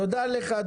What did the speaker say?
תודה לך,